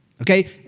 Okay